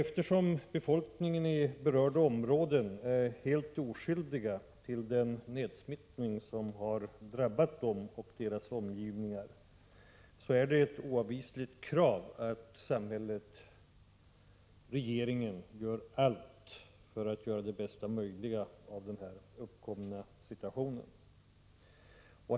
Eftersom befolkningen i berörda områden är helt oskyldig till den nedsmittning som har drabbat dem och deras omgivningar, är det ett oavvisligt krav att samhället/regeringen gör allt för att göra det bästa möjliga av den uppkomna situationen.